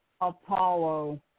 Apollo